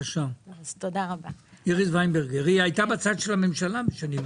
בשנים עברו היא הייתה בצד של הממשלה.